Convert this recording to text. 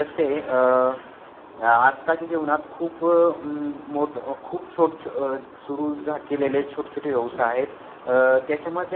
तसे आजकालच्या जीवनात खूप मोठे खूप छोटे छ सुरू झा केलेले छोटे छोटे व्यवसाय आहेत त्याच्यामध्ये